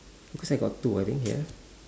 because I got two I think here